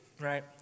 right